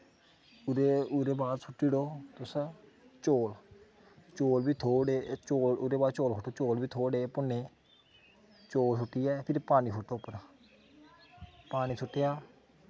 ते ओह्दे बाद तुस सु'ट्टी ओड़ो तुस चौल ओह्दे बाद चौल सु'ट्टो चोल बी थोह्ड़े जे भुन्नो चौल सु'ट्टियै फिर पानी सु'ट्टो उप्पर पानी सु'ट्टेआ